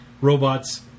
robots